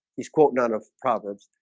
he's quote none of proverbs.